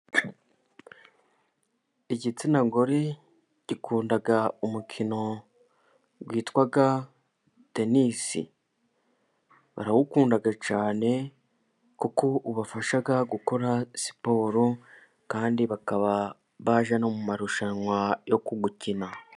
Igitsina gore gikunda umukino witwa tenisi. Barawukunda cyane kuko ubafasha gukora siporo kandi bakaba bajya no mu marushanwa yo kuwukina.